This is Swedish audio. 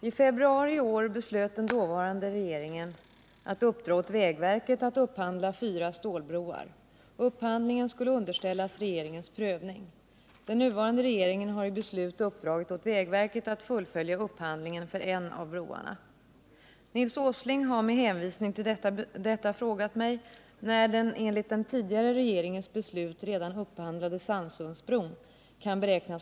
Vägförvaltningen i Jämtlands län hade redan i 1975 års flerårsplan planerat byggandet av en bro över Sannsundet. Detta skulle påbörjas 1980. Den förra regeringen har undersökt möjligheterna att bygga ett antal broar av stål.